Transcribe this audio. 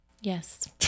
Yes